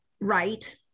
right